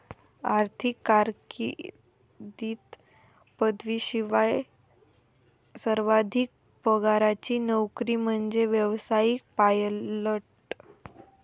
आर्थिक कारकीर्दीत पदवीशिवाय सर्वाधिक पगाराची नोकरी म्हणजे व्यावसायिक पायलट